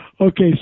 Okay